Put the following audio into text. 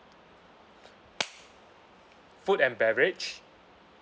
food and beverage